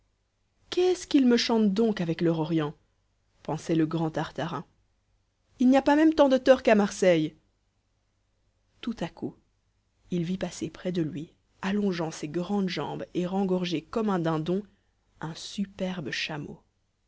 qu'est-ce qu'ils me chantent donc avec leur orient pensait le grand tartarin il n'y a pas même tant de teurs qu'à marseille tout à coup il vit passer près de lui allongeant ses grandes jambes et rengorgé comme un dindon un superbe chameau